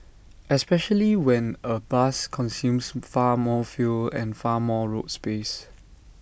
especially when A bus consumes far more fuel and far more road space